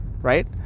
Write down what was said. Right